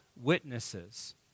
witnesses